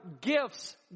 gifts